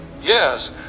Yes